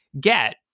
get